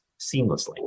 seamlessly